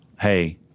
Hey